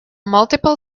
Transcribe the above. multiple